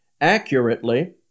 accurately